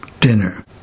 dinner